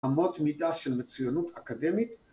עמות מידה של מצוינות אקדמית